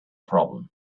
problem